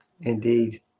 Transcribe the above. Indeed